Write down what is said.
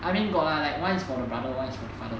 I mean got ah like one is for the brother one is for the father